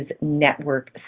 Network